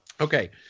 Okay